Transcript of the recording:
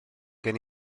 gen